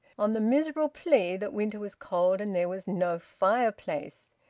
on the miserable plea that winter was cold and there was no fireplace!